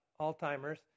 Alzheimer's